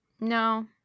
No